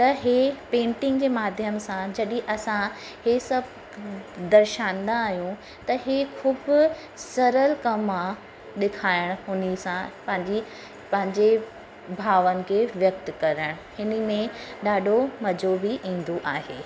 त इहो पेंटिंग जे माध्यम सां जॾहिं असां हे सब दर्शांदा आहियूं त हे ख़ूबु सरल कमु आहे ॾिखाइणु हुन सां पंहिंजी पंहिंजे भावनि खे व्यक्त करणु हिन में ॾाढो मज़ो बि ईंदो आहे